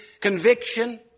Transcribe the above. conviction